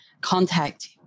contact